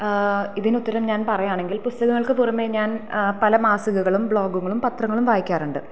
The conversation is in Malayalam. ഇതിനുത്തരം ഞാൻ പറയുകയാണെങ്കിൽ പുസ്തകങ്ങൾക്ക് പുറമേ ഞാൻ പല മാസികകളും ബ്ലോഗുകളും പത്രങ്ങളും വായിക്കാറുണ്ട്